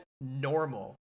normal